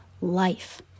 life